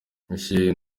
michel